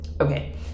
Okay